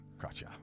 Gotcha